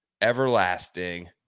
everlasting